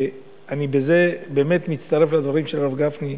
ובזה אני באמת מצטרף לדברים של הרב גפני,